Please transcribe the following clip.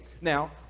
Now